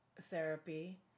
therapy